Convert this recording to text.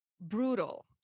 brutal